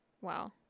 Wow